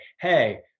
hey